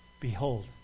Behold